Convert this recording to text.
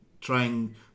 trying